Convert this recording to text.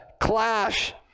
clash